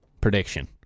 prediction